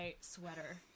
sweater